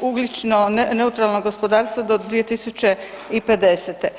ugljično, neutralno gospodarstvo do 2050.